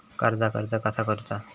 कर्जाक अर्ज कसा करुचा?